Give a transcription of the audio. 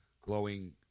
glowing